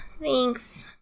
thanks